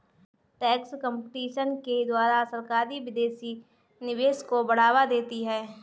tax competition के द्वारा सरकारी विदेशी निवेश को बढ़ावा देती है